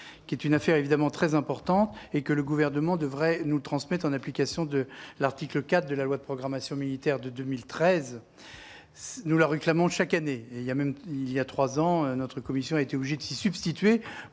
cette affaire est évidemment très importante -que le Gouvernement devrait nous transmettre en application de l'article 4 de la loi de programmation militaire de 2013. Nous le réclamons chaque année. Il y a trois ans, notre commission a même été obligée de se substituer